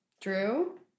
Drew